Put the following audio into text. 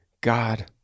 God